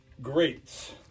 greats